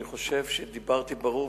אני חושב שדיברתי ברור,